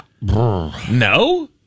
No